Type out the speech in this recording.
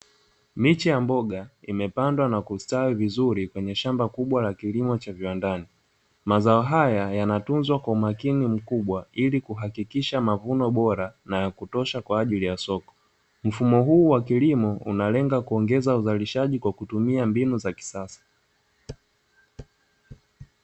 Miche ya mboga imepandwa na kustawi vizuri kwenye shamba kubwa la kilimo cha viwandani. Mazao haya yanatunzwa kwa umakni mkubwa ili kuhakikisha mavuno bora na yakutosha kwa ajili ya soko. mfumo huu wakilimo unalenga kuongeza uzalishaji kwa kutumia mbinu za kisasa.